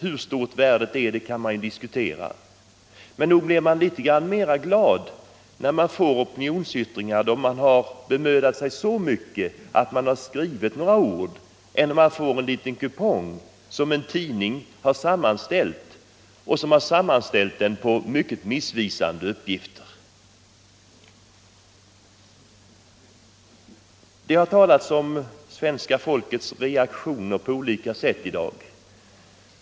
Hur stort värdet är kan man ju diskutera, men nog blir man gladare när man får opinionsyttringar från människor som har bemödat sig så mycket att de har skrivit några ord än då man får en liten kupong som en tidning har sammanställt på mycket missvisande uppgifter. Det har i dag på olika sätt talats om svenska folkets reaktioner.